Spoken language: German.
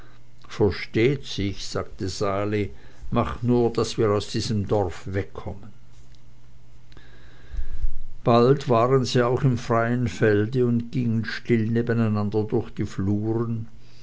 versteht sich sagte sali mach nur daß wir aus diesem dorf wegkommen bald waren sie auch im freien felde und gingen still nebeneinander durch die fluren